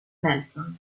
nelson